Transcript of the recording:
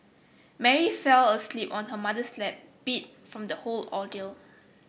Mary fell asleep on her mother's lap beat from the whole ordeal